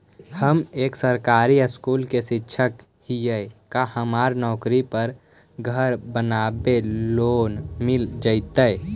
हम एक सरकारी स्कूल में शिक्षक हियै का हमरा नौकरी पर घर बनाबे लोन मिल जितै?